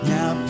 Now